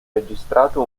registrato